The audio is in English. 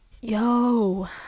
Yo